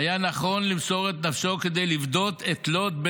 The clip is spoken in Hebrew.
שהיה נכון למסור את נפשו כדי לפדות את לוט,